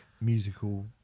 musical